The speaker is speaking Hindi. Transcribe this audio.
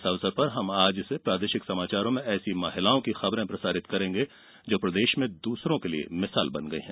इस अवसर पर हम आज से प्रादेशिक समाचारों में ऐसी महिलाओं की खबरें प्रसारित करेंगे जो प्रदेश में दूसरों के लिए भिसाल बन गई हैं